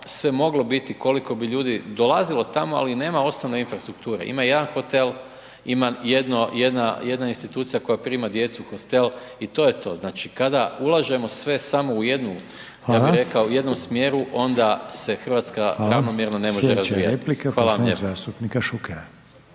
sve moglo biti, koliko bi ljudi dolazilo tamo, ali nema osnovne infrastrukture, ima jedan hotel, ima jedna institucija koja prima djecu u Hostel i to je to. Znači, kada ulažemo sve samo u jednu, ja bi rekao…/Upadica: Hvala/…u jednom smjeru onda se RH…/Upadica: Hvala/… ravnomjerno ne može razvijati…/Upadica: Hvala, slijedeća replika…/…Hvala